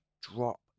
drop